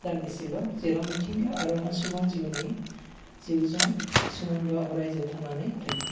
दानदिसेल' जेराव मिथिंगा आरो सुबुं जिउनि जिउजों सोमोन्दोया अरायजोर थांनानै थायो